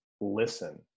listen